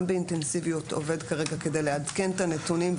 באינטנסיביות עובד כרגע כדי לעדכן את הנתונים,